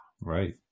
Right